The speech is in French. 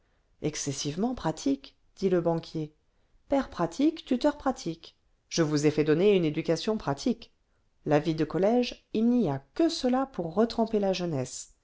excessivement pratique dit le banquier père pratique tuteur pratique je vous ai fait donner une éducation pratique la vie de collège il n'y a que cela pour retremper la jeunesse